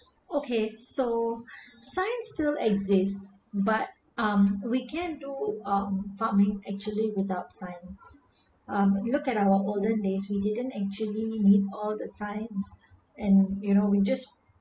okay so science still exist but um we can do um farming actually without science um you look at our older days we didn't actually need all the science and you know we just